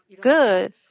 good